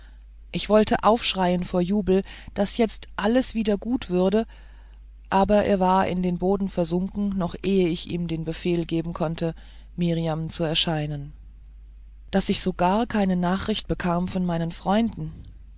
ich wollte aufschreien vor jubel daß jetzt alles wieder gut würde aber er war in den boden versunken noch ehe ich ihm den befehl geben konnte mirjam zu erscheinen daß ich so gar keine nachricht bekam von meinen freunden